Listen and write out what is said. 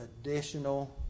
additional